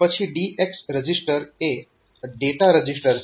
પછી DX register એ data register છે